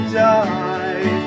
die